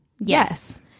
Yes